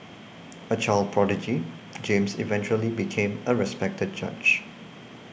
a child prodigy James eventually became a respected judge